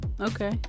okay